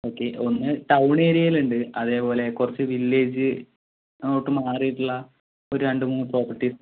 okay ഒന്ന് town ഏരിയയിലുണ്ട് അതേപോലെ കുറച്ച് വില്ലേജ് അങ്ങോട്ട് മാറിയിട്ടുള്ള ഒരു രണ്ടു മൂന്നു പ്രോപ്പർട്ടീസ്